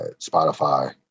Spotify